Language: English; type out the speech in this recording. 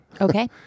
okay